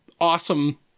awesome